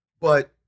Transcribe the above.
But-